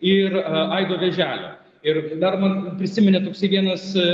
ir aido vėželio ir dar man prisiminė toksai vienas